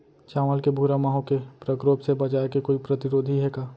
चांवल के भूरा माहो के प्रकोप से बचाये के कोई प्रतिरोधी हे का?